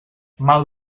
mal